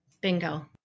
Bingo